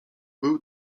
był